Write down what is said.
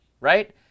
right